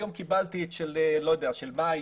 היום קיבלתי של מאי-יוני.